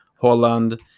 Holland